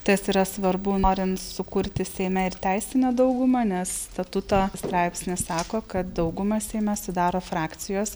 tas yra svarbu norint sukurti seime ir teisinę daugumą nes statuto straipsnis sako kad daugumą seime sudaro frakcijos